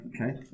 okay